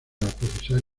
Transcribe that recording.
procesar